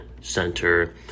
center